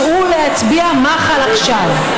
צאו להצביע מח"ל עכשיו.